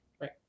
right